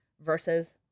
versus